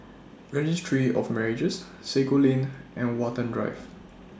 Registry of Marriages Sago Lane and Watten Drive